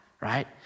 right